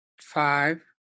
five